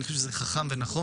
אני חושב שזה חכם ונכון.